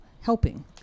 helping